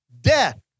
Death